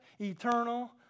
eternal